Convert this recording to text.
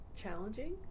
challenging